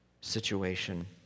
situation